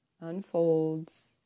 unfolds